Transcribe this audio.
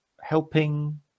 helping